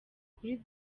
kuri